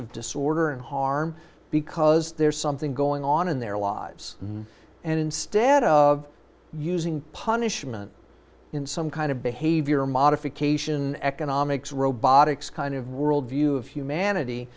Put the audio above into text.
of disorder and harm because there's something going on in their lives and instead of using punishment in some kind of behavior modification economics robotics kind of world view of humanity